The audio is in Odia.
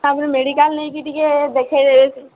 ତାପରେ ମେଡିକାଲ୍ ନେଇକି ଟିକେ ଦେଖେଇବେ